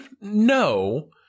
No